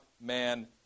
man